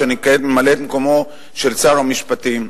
ואני כעת ממלא את מקומו של שר המשפטים,